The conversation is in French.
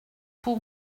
pour